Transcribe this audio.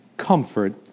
comfort